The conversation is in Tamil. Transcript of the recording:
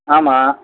ஆமாம்